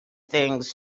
things